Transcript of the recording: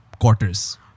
quarters